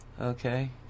Okay